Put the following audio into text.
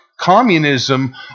Communism